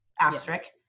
asterisk